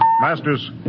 Masters